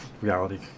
reality